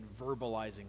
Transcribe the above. verbalizing